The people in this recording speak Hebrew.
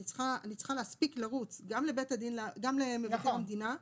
אני צריכה להספיק לרוץ גם למבקר המדינה,